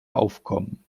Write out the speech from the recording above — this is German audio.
aufkommen